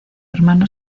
hermano